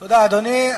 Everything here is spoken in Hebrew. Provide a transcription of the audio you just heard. תודה, אדוני.